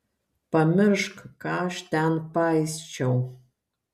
pamiršk ką aš ten paisčiau